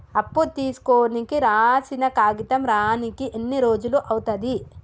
అప్పు తీసుకోనికి రాసిన కాగితం రానీకి ఎన్ని రోజులు అవుతది?